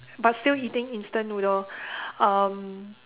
but still eating instant noodle um